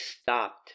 stopped